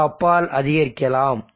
5 க்கு அப்பால் அதிகரிக்கலாம்